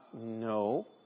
No